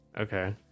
Okay